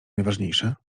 najważniejsze